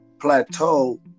plateau